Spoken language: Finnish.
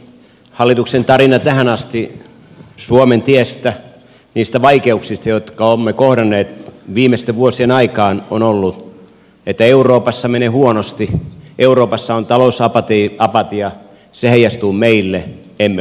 hallituksen tarina tähän asti suomen tiestä niistä vaikeuksista jotka olemme kohdanneet viimeisten vuosien aikaan on ollut että euroopassa menee huonosti euroopassa on talousapatia se heijastuu meille emme voi mitään